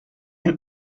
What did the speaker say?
and